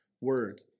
word